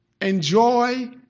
enjoy